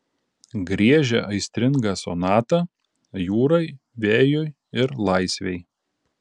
griežia aistringą sonatą jūrai vėjui ir laisvei